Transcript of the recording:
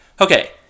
okay